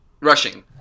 Rushing